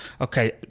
Okay